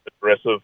aggressive